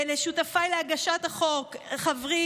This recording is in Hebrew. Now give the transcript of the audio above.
לשותפיי להגשת החוק, חברי